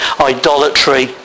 idolatry